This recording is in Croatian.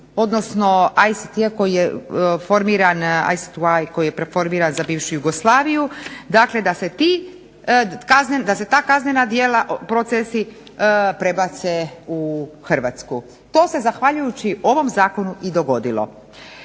sud, iako je formiran ICTV koji je formiran za bivšu Jugoslaviju, dakle da se ta kaznena djela, procesi prebace u Hrvatsku. To se zahvaljujući ovom zakonu i dogodilo.